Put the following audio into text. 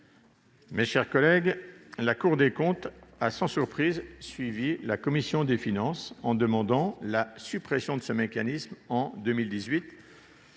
Mes chers collègues, la Cour des comptes a, sans surprise, suivi la commission des finances en demandant la suppression de ce mécanisme en 2018.